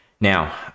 Now